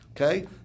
Okay